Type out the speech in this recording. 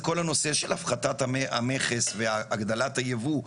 זה כל הנושא של הפחתת המכס והגדלת הייבוא,